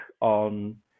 on